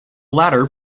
latter